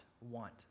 want